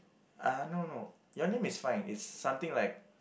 uh no no your name is fine is something like